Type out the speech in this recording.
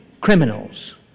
criminals